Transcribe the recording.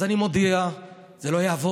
אז אני מודיע: זה לא יעבוד.